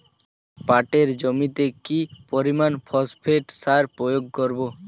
পাটের জমিতে কি পরিমান ফসফেট সার প্রয়োগ করব?